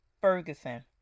Ferguson